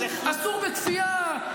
אסור בכפייה.